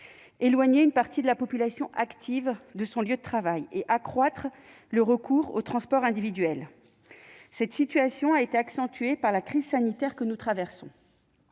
travail une partie de la population active et accroître le recours aux transports individuels. Cette situation a encore été accentuée par la crise sanitaire que nous traversons.